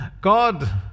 God